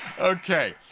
Okay